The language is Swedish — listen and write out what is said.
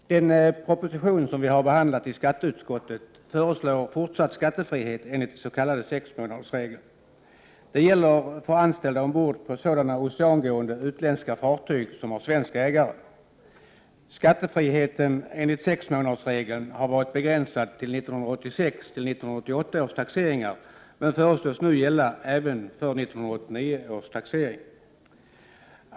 Fru talman! I den proposition som vi i skatteutskottet har behandlat föreslås fortsatt skattefrihet enligt den s.k. sexmånadersregeln. Det gäller då anställda ombord på oceangående utländska fartyg som har svensk ägare. Skattefriheten enligt sexmånadersregeln har varit begränsad till 1986-1988 års taxeringar men föreslås nu gälla även för 1989 års taxering.